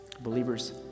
Believers